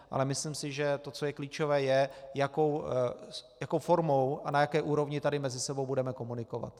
Ale myslím si, že to, co je klíčové, je, jakou formou a na jaké úrovni tady mezi sebou budeme komunikovat.